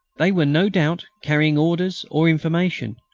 they were, no doubt, carrying orders or information.